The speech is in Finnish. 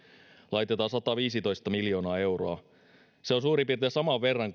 laitetaan sataviisitoista miljoonaa euroa se on suurin piirtein saman verran